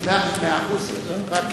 מאה אחוז, מאה אחוז.